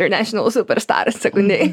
internešinal super staras sekundei